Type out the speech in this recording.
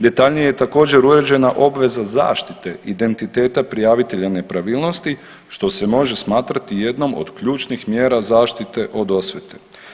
Detaljnije je također uređena obveza zaštite identiteta prijavitelja nepravilnosti što se može smatrati jednom od ključnih mjera zaštite od osvete.